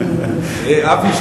אבי,